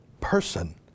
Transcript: person